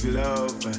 love